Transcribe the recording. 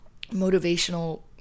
motivational